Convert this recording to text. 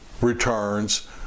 returns